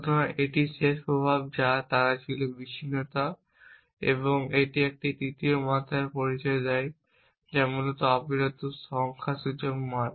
সুতরাং এটি একটি শেষ প্রভাব যা তারা ছিল বিচ্ছিন্নতা এবং এটি একটি তৃতীয় মাত্রার পরিচয় দেয় যা মূলত অবিরত সংখ্যাসূচক মান